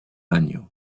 venue